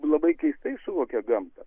labai keistai suvokia gamtą